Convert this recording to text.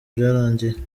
byarangiye